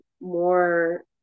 more